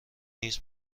نیز